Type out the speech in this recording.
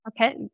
Okay